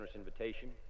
invitation